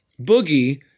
Boogie